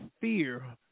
fear